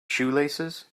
shoelaces